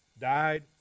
died